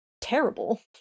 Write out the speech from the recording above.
terrible